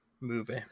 movie